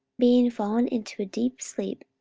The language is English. being fallen into a deep sleep